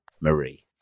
marie